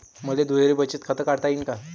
मले दुहेरी बचत खातं काढता येईन का?